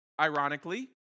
ironically